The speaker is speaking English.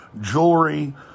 jewelry